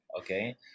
Okay